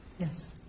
Yes